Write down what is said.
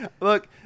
Look